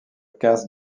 casse